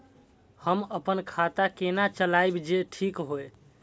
हम अपन खाता केना चलाबी जे ठीक होय?